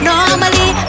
Normally